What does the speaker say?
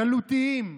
גלותיים.